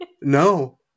no